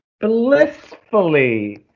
blissfully